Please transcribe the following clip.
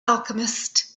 alchemist